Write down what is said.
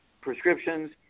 prescriptions